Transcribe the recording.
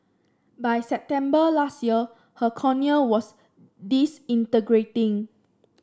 by September last year her cornea was disintegrating